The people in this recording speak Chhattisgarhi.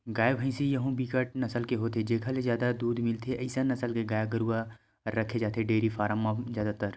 गाय, भइसी यहूँ म बिकट नसल के होथे जेखर ले जादा दूद मिलथे अइसन नसल के गाय गरुवा रखे जाथे डेयरी फारम म जादातर